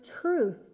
truth